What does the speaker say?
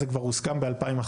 זה כבר הוסכם ב-2011.